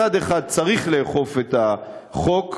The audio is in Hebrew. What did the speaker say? מצד אחד צריך לאכוף את החוק.